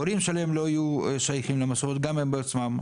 הורים שלהם לא היו שייכים למסורת גם הם בעצמם.